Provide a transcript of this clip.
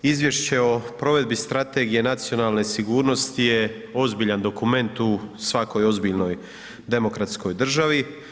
Izvješće o provedbi Strategije nacionalne sigurnosti je ozbiljan dokument u svakoj ozbiljnoj demokratskoj državi.